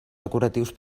decoratius